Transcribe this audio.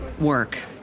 work